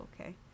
okay